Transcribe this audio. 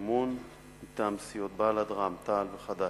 האי-אמון מטעם סיעות בל"ד, רע"ם-תע"ל וחד"ש.